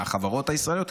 מהחברות הישראליות,